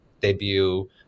debut